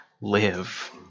live